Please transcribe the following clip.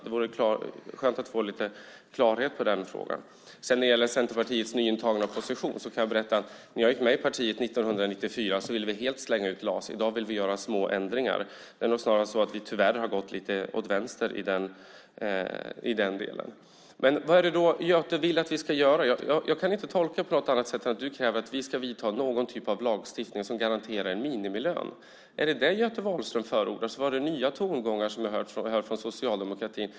Det vore skönt att få lite klarhet i den frågan. När det gäller Centerpartiets nyintagna position kan jag berätta att när jag gick med i partiet 1994 ville vi helt slänga ut LAS. I dag vill vi göra små ändringar. Det är nog snarast så att vi tyvärr har gått lite åt vänster i den delen. Men vad är det då Göte vill att vi ska göra? Jag kan inte tolka det på något annat sätt än att du kräver att vi ska införa någon typ av lagstiftning som garanterar en minimilön. Är det vad Göte Wahlström förordar så var det nya tongångar som hördes från socialdemokratin.